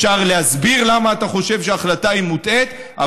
אפשר להסביר למה אתה חושב שההחלטה היא מוטעית,